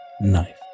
knife